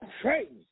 crazy